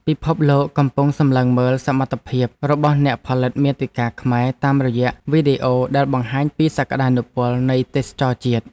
ពិភពលោកកំពុងសម្លឹងមើលសមត្ថភាពរបស់អ្នកផលិតមាតិកាខ្មែរតាមរយៈវីដេអូដែលបង្ហាញពីសក្តានុពលនៃទេសចរណ៍ជាតិ។